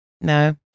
No